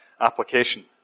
application